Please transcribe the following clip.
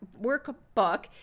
workbook